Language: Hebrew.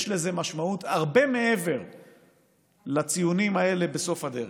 יש לזה משמעות הרבה מעבר לציונים האלה בסוף הדרך.